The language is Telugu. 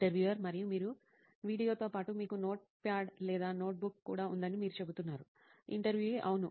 ఇంటర్వ్యూయర్ మరియు మీరు వీడియోతో పాటు మీకు నోట్ ప్యాడ్ లేదా నోట్బుక్ కూడా ఉందని మీరు చెబుతున్నారు ఇంటర్వ్యూఈ అవును